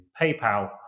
PayPal